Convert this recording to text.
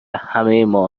همهما